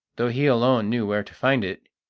though he alone knew where to find it,